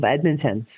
Edmonton